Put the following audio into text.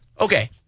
okay